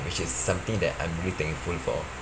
which is something that I'm really thankful for